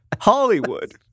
Hollywood